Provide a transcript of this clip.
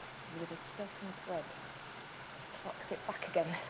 and with a silken thread plucks it back again,